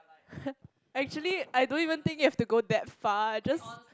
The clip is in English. actually I don't even think you have to go that far just